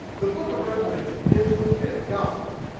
the book of revelation is the fifth gospel.